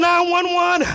911